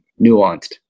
nuanced